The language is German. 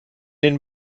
den